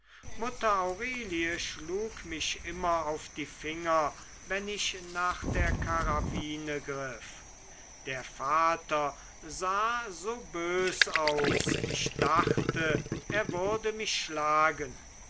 mutter aurelie schlug mich immer auf die finger wenn ich nach der karaffine griff der vater sah so bös aus ich dachte er würde mich schlagen